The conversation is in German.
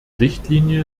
richtlinie